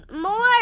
more